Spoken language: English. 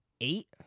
Eight